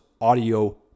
audio